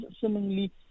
seemingly